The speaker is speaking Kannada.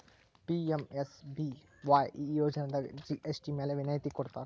ಪಿ.ಎಂ.ಎಸ್.ಬಿ.ವಾಯ್ ಈ ಯೋಜನಾದಾಗ ಜಿ.ಎಸ್.ಟಿ ಮ್ಯಾಲೆ ವಿನಾಯತಿ ಕೊಡ್ತಾರಾ